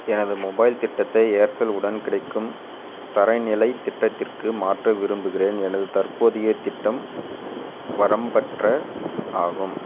எனது மொபைல் திட்டத்தை ஏர்செல் உடன் கிடைக்கும் தரநிலை திட்டத்திற்கு மாற்ற விரும்புகிறேன் எனது தற்போதைய திட்டம் வரம்பற்ற ஆகும்